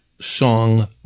song